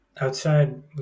outside